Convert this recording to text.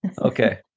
okay